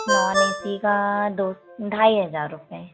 non A C का दो ढाई हज़ार रुपये